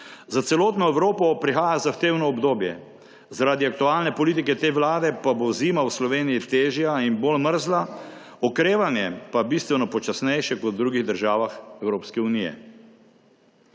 Za celotno Evropo prihaja zahtevno obdobje, zaradi aktualne politike te vlade pa bo zima v Sloveniji težja in bolj mrzla, okrevanje pa bistveno počasnejše kot v drugih državah Evropske unije.